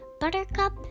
buttercup